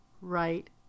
right